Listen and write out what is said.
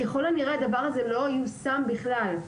ככל הנראה הדבר הזה לא יושם בכלל.